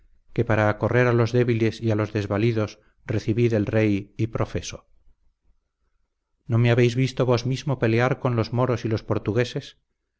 que para acorrer a los débiles y a los desvalidos recibí del rey y profeso no me habéis visto vos mismo pelear con los moros y los portugueses